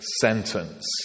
sentence